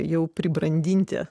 jau pribrandinti